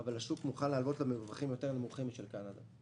אבל השוק מוכן להלוות לה במרווחים נמוכים יותר משל קנדה.